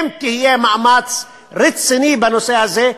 אם יהיה מאמץ רציני בנושא הזה,